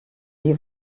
die